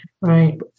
Right